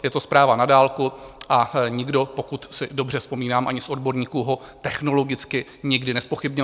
Je to zpráva na dálku a nikdo, pokud si dobře vzpomínám, ani z odborníků ho technologicky nikdy nezpochybnil.